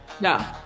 No